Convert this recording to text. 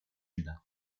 میدن